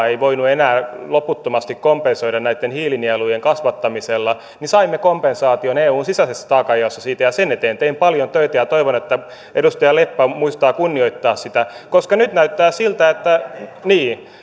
ei voinut enää loputtomasti kompensoida näitten hiilinielujen kasvattamisella saimme siitä kompensaation eun sisäisessä taakanjaossa sen eteen tein paljon töitä ja toivon että edustaja leppä muistaa kunnioittaa sitä koska nyt näyttää siltä niin